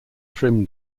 trim